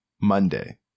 Monday